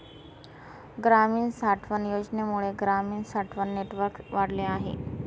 ग्रामीण साठवण योजनेमुळे ग्रामीण साठवण नेटवर्क वाढले आहे